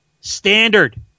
standard